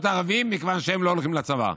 הערביים מכיוון שהם לא הולכים לצבא.